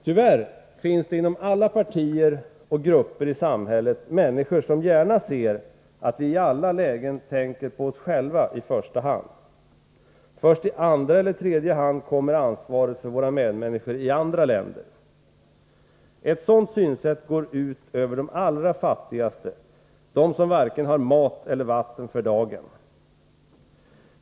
Tyvärr finns det inom alla partier och grupper i samhället människor som gärna ser att vi i alla lägen tänker på oss själva i första hand. Först i andra eller tredje hand kommer ansvaret för våra medmänniskor i andra länder. Ett sådant synsätt går ut över de allra fattigaste — de som varken har mat eller vatten för dagen.